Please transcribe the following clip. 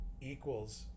equals